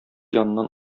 яныннан